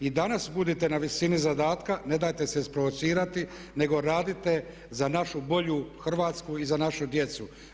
I danas budite na visini zadatka, nedajte se isprovocirati nego radite za našu bolju Hrvatsku i za našu djecu.